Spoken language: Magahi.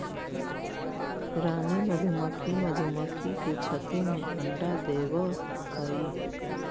रानी मधुमक्खी मधुमक्खी के छत्ते में अंडा देवअ हई